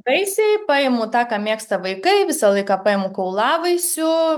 vaisiai paimu tą ką mėgsta vaikai visą laiką paimu kaulavaisių